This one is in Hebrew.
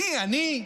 מי, אני?